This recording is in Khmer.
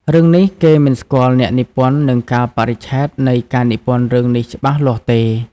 រឿងនេះ គេមិនស្គាល់អ្នកនិពន្ធនិងកាលបរិច្ឆេទនៃការនិពន្ធរឿងនេះច្បាស់លាស់ទេ